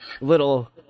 little